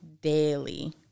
daily